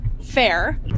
fair